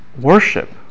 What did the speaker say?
worship